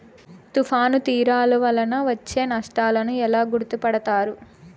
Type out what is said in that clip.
తుఫాను తీరాలు వలన వచ్చే నష్టాలను ఎలా గుర్తుపడతారు?